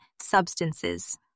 substances